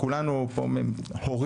כולנו פה הורים,